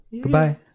goodbye